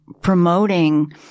promoting